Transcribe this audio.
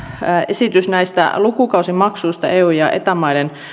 esitys näistä lukukausimaksuista eu ja eta maiden